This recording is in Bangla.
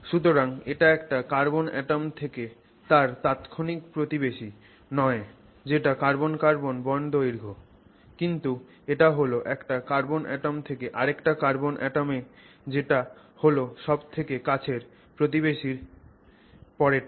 সুতরাং এটা একটা কার্বন অ্যাটম থেকে তার তাৎক্ষণিক প্রতিবেশী নয় যেটা কার্বন কার্বন বন্ড দৈর্ঘ্য কিন্তু এটা হল একটা কার্বন অ্যাটম থেকে আরেকটা কার্বন অ্যাটমে যেটা হল সব থেকে কাছের প্রতিবেশীর পরেরটা